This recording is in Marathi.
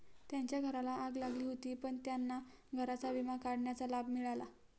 त्यांच्या घराला आग लागली होती पण त्यांना घराचा विमा काढण्याचा लाभ मिळाला